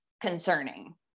concerning